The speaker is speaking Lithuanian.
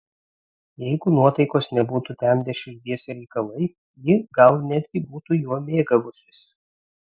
jeigu nuotaikos nebūtų temdę širdies reikalai ji gal netgi būtų juo mėgavusis